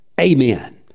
Amen